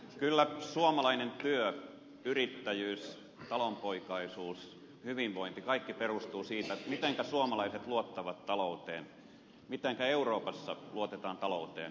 kyllä suomalainen työ yrittäjyys talonpoikaisuus hyvinvointi kaikki perustuvat siihen mitenkä suomalaiset luottavat talouteen mitenkä euroopassa luotetaan talouteen